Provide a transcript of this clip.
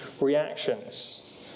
reactions